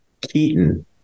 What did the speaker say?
Keaton